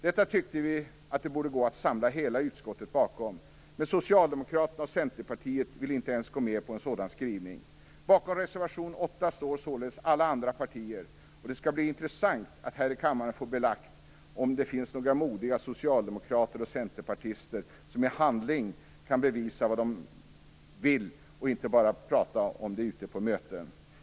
Vi tyckte att det borde gå att samla hela utskottet bakom detta, men Socialdemokraterna och Centerpartiet vill inte ens gå med på en sådan skrivning. Bakom reservation 8 står således alla andra partier. Det skall bli intressant att få belagt om det finns några modiga socialdemokrater och centerpartister som i handling vågar bevisa vad de vill och inte bara pratar om det ute på möten.